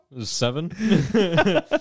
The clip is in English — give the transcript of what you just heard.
Seven